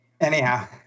Anyhow